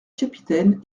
capitaine